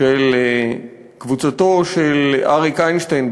של קבוצתו של אריק איינשטיין.